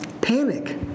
panic